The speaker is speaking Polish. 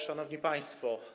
Szanowni Państwo!